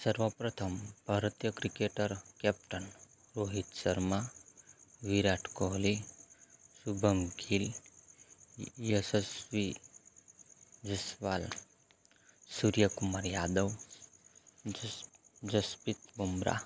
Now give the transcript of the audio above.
સર્વપ્રથમ ભારતીય cricketer captain Rohit Sharma Virat Kohli Shubman Gill Yashasvi Jaiswal Surya Kumar Yadav Jasprit Bumrah